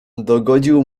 dogodził